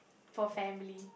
for family